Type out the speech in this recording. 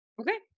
Okay